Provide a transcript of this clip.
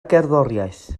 gerddoriaeth